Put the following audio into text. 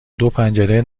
دوپنجره